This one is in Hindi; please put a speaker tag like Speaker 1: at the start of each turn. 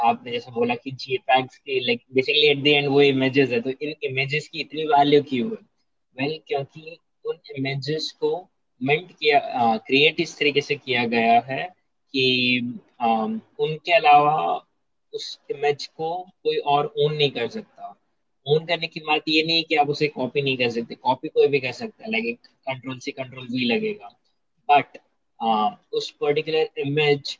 Speaker 1: आपने जैसे बोला कि GE packs के, like, basically at the end वो images हैं, तो इन images की इतनी value क्यों है? Well, क्योंकि उन images को mint किया- um, create इस तरीके से किया गया है कि, um, उनके अलावा उस image को कोई और own नहीं कर सकता। Own करने की बात ये नहीं है कि आप उसे copy नहीं कर सकते, copy कोई भी कर सकता है, like, एक control C, control V लगेगा। But, um, उस particular image